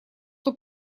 что